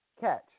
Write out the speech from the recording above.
Catch